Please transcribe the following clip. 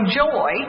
joy